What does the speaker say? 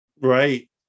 Right